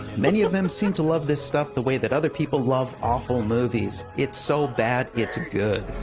many of them seem to love this stuff the way that other people love awful movies. it's so bad, it's good.